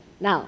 Now